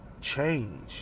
change